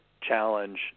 challenge